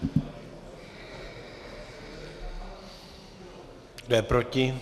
Kdo je proti?